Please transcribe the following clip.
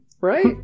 right